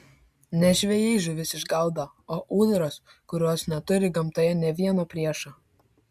ne žvejai žuvis išgaudo o ūdros kurios neturi gamtoje nė vieno priešo